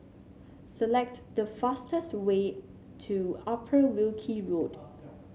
select the fastest way to Upper Wilkie Road